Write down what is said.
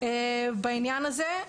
בעניין הזה.